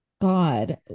god